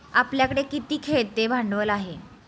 आपल्याकडे किती खेळते भांडवल आहे?